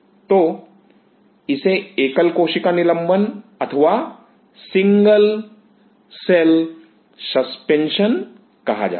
तो इसे एकल कोशिका निलंबन अथवा सिंगल सेल सस्पेंशन कहा जाता है